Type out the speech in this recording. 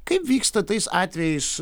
kaip vyksta tais atvejais